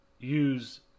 use